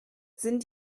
sind